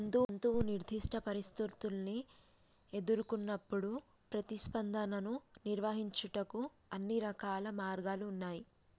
జంతువు నిర్దిష్ట పరిస్థితుల్ని ఎదురుకొన్నప్పుడు ప్రతిస్పందనను నిర్వహించుటకు అన్ని రకాల మార్గాలు ఉన్నాయి